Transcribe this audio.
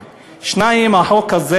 1. 2. החוק הזה,